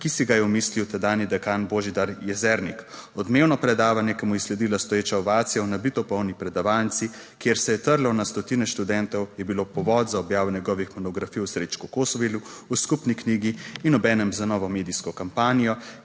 ki si ga je omislil tedanji dekan Božidar Jezernik. Odmevno predavanje, ki mu je sledila stoječa ovacija v nabito polni predavalnici, kjer se je trlo na stotine študentov, je bilo povod za objavo njegovih monografij o Srečku Kosovelu v skupni knjigi in obenem za novo medijsko kampanjo,